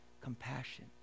compassion